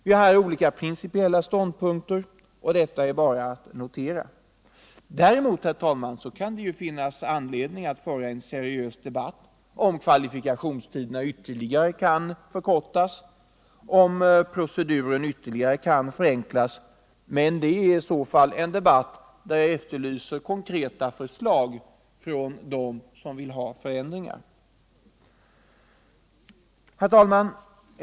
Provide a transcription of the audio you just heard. Vi har olika principiella ståndpunkter, och det är bara att notera. Däremot, herr talman, kan det finnas anledning att föra en seriös debatt om huruvida kvalifikationstiderna ytterligare kan förkortas, och huruvida proceduren ytterligare kan förenklas — men det är i så fall en debatt där jag efterlyser konkreta förslag från dem som vill ha förändringar. Herr talman!